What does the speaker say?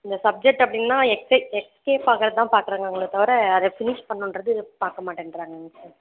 இந்த சப்ஜெக்ட் அப்படினா எஸ்கேப் ஆகுறதை தான் பார்க்குறாங்களே தவிர அதை ஃபினிஷ் பண்ணணுன்றது பார்க்க மாட்டேன்கிறாங்க சார்